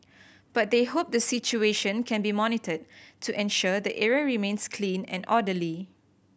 but they hope the situation can be monitored to ensure the area remains clean and orderly